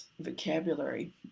vocabulary